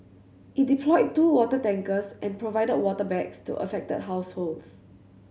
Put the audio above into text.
it deployed two water tankers and provided water bags to affected households